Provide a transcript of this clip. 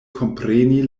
kompreni